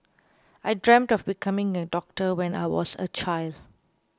I dreamt of becoming a doctor when I was a child